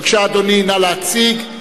בבקשה, אדוני, נא להציג.